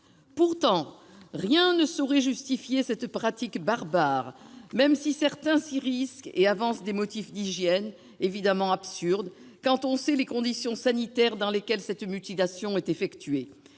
Pourtant, rien ne saurait justifier cette pratique barbare, même si certains s'y risquent et avancent des motifs d'hygiène, évidemment absurdes quand on sait les conditions sanitaires dans lesquelles cette mutilation est effectuée.